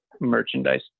merchandise